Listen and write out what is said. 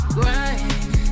grind